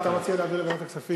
אז אתה מציע להעביר לוועדת הכספים?